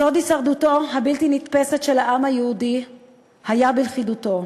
סוד הישרדותו הבלתי-נתפסת של העם היהודי היה בלכידותו,